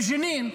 בג'נין,